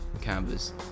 canvas